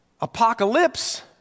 Apocalypse